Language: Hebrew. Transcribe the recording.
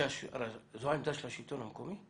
זו העמדה של השלטון המקומי?